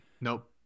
Nope